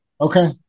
Okay